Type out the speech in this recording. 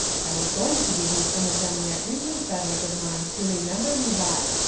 i was going to give you some of them there injun feathers of mine to remember me by,